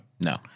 No